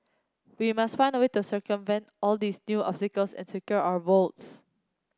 we must find a way to circumvent all these new obstacles and secure our votes